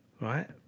right